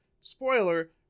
spoiler